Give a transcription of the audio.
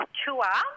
tour